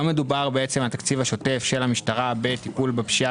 לא מדובר על התקציב השוטף של המשטרה בטיפול בפשיעה